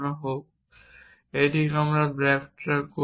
সুতরাং এটি backtrack করবে